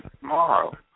tomorrow